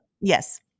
yes